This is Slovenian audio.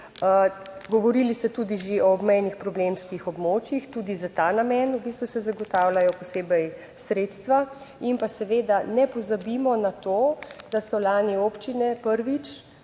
Govorili ste tudi že o obmejnih problemskih območjih, tudi za ta namen v bistvu se zagotavljajo posebej sredstva. In pa seveda ne pozabimo na to, da so lani občine prvič